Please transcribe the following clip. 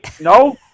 No